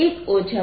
આ V